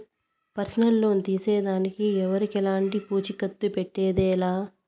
personal loan తీసేదానికి ఎవరికెలంటి పూచీకత్తు పెట్టేదె లా